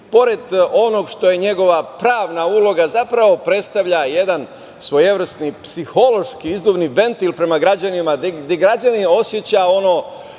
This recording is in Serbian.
pored onog što je njegova pravna uloga, zapravo predstavlja jedan svojevrsni psihološki izduvni ventil prema građanima, gde građanin oseća ono